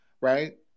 right